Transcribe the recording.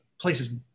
places